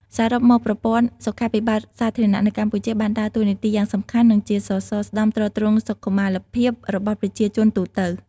សរុបមក ប្រព័ន្ធសុខាភិបាលសាធារណៈនៅកម្ពុជាបានដើរតួនាទីយ៉ាងសំខាន់ និងជាសសរស្តម្ភទ្រទ្រង់សុខុមាលភាពរបស់ប្រជាជនទូទៅ។